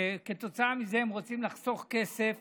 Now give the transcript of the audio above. וכתוצאה מזה הם רוצים לחסוך כסף